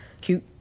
Cute